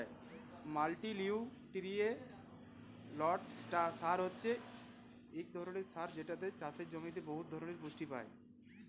মাল্টিলিউটিরিয়েল্ট সার হছে ইক ধরলের সার যেটতে চাষের জমিতে বহুত ধরলের পুষ্টি পায়